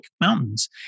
mountains